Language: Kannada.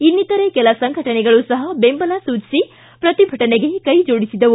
ಇನ್ನಿತರ ಕೆಲ ಸಂಘಟನೆಗಳು ಸಹ ಬೆಂಬಲ ಸೂಚಿಸಿ ಪ್ರತಿಭಟನೆಗೆ ಕೈ ಜೋಡಿಸಿದ್ದವು